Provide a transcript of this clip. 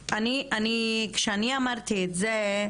כשאני אמרתי את זה,